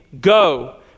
go